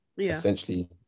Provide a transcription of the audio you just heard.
essentially